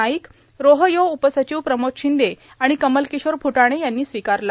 नाईक रोहयो उपसचिव प्रमोद शिंदे आणि कमलकिशोर फुटाणे यांनी स्वीकारला